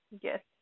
Yes